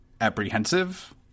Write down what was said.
apprehensive